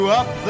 up